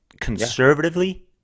conservatively